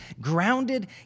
grounded